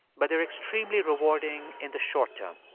but they're extremely rewarding in the short term.